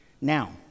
Now